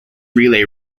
relay